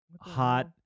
hot